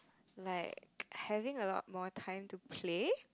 like having a lot more time to play